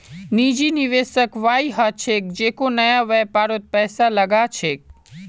निजी निवेशक वई ह छेक जेको नया व्यापारत पैसा लगा छेक